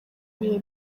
ibihe